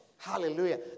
Hallelujah